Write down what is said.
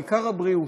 העיקר הבריאות,